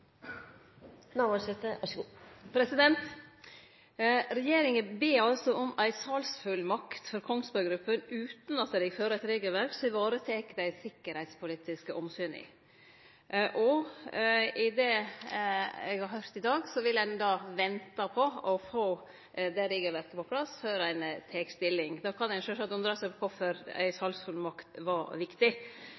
Regjeringa ber altså om ei salsfullmakt for Kongsberg Gruppen utan at dei følgjer eit regelverk som varetek dei sikkerheitspolitiske omsyna, og ut frå det eg har høyrt i dag, vil ein då vente på å få det regelverket på plass før ein tek stilling. Då kan ein sjølvsagt undre seg på kvifor ei